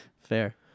Fair